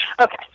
Okay